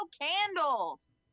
candles